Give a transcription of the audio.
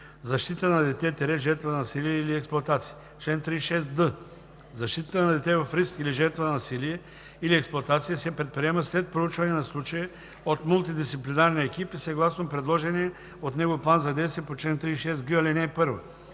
Защитата на дете в риск или жертва на насилие или експлоатация се предприема след проучване на случая от мултидисциплинарния екип и съгласно предложения от него план за действие по чл. 36г, ал. 1.